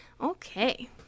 Okay